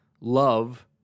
love